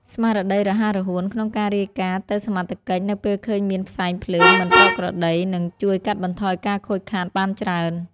ស្មារតីរហ័សរហួនក្នុងការរាយការណ៍ទៅសមត្ថកិច្ចនៅពេលឃើញមានផ្សែងភ្លើងមិនប្រក្រតីនឹងជួយកាត់បន្ថយការខូចខាតបានច្រើន។